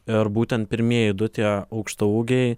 ir būtent pirmieji du tie aukštaūgiai